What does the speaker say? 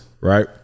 right